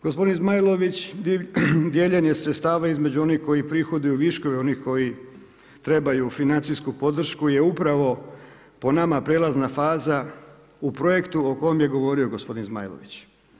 Gospodin Zmajlović, dijeljene sredstava između onih koji prihoduju viškovima i oni koji trebaju financiju podršku je upravo po nama prijelazna faza u projektu o kojemu je govorio gospodin Zmajlović.